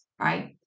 right